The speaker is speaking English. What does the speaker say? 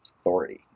authority